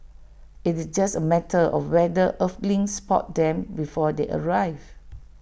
IT is just A matter of whether Earthlings spot them before they arrive